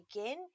again